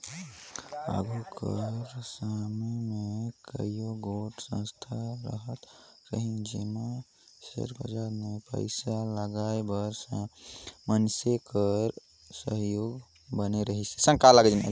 आघु कर समे में कइयो गोट संस्था रहत रहिन जेमन सेयर बजार में पइसा लगाए बर मइनसे कर सहयोगी बने रहिन